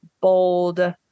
Bold